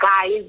guys